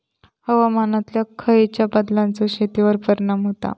हवामानातल्या खयच्या बदलांचो शेतीवर परिणाम होता?